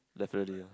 definitely ah